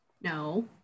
No